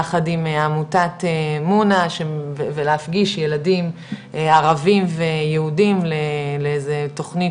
יחד עם עמותת מונה ולהפגיש ילדים ערבים ויהודים לאיזה תוכנית